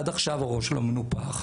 עד עכשיו הראש שלו מנופח.